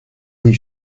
les